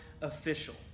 official